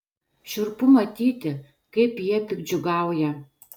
šiurpu matyti kaip jie piktdžiugiauja